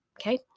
Okay